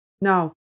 now